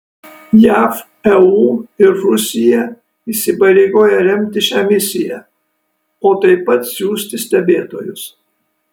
jav eu ir rusija įsipareigoja remti šią misiją o taip pat siųsti stebėtojus